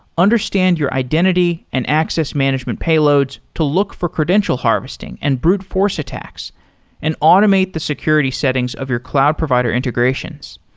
understand your identity and access management payloads to look for credential harvesting and brute force attacks and automate the security settings of your cloud provider integrations.